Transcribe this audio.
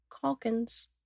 Calkins